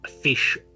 fish